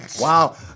Wow